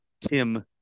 Tim